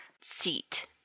seat